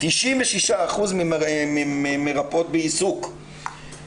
96% מהמרפאות בעיסוק הן נשים,